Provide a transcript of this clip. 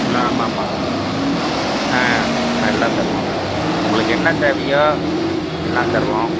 ம் ஆமாம் ஆமாம் ஆ எல்லாம் தருவோம் மேடம் உங்களுக்கு என்ன தேவையோ எல்லாம் தருவோம்